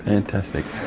fantastic.